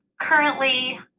Currently